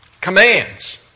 Commands